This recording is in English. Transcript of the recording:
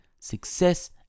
success